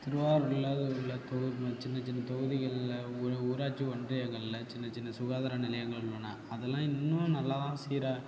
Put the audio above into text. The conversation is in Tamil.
திருவாரூரில் உள்ள சின்ன சின்ன தொகுதிகளில் ஊராட்சி ஒன்றியங்களில் சின்ன சின்ன சுகாதார நிலையங்கள் உள்ளன அது எல்லாம் இன்னும் நல்லதாக சீராக